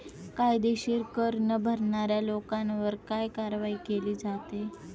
कायदेशीर कर न भरणाऱ्या लोकांवर काय कारवाई केली जाते?